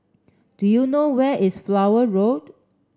do you know where is Flower Road